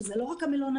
שזה לא רק המלונאים,